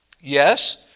Yes